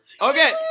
Okay